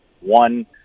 one